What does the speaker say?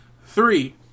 Three